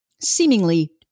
seemingly